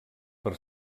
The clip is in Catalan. per